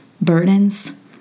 burdens